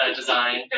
design